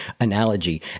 analogy